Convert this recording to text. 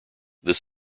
this